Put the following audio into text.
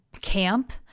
camp